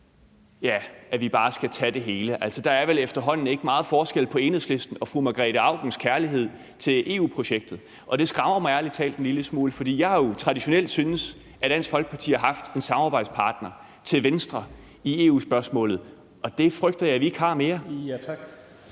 at vi bare sådan skal tage det hele. Der er vel efterhånden ikke meget forskel på Enhedslisten og fru Margrete Aukens kærlighed til EU-projektet, og det skræmmer mig ærlig talt en lille smule. For jeg har jo traditionelt syntes, at Dansk Folkeparti har haft en samarbejdspartner til venstre i EU-spørgsmålet, og det frygter jeg at vi ikke har mere.